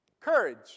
Courage